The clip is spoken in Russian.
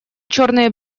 черные